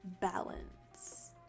balance